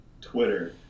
Twitter